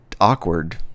awkward